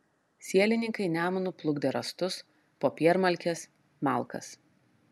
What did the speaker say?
sielininkai nemunu plukdė rąstus popiermalkes malkas